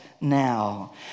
now